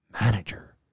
Manager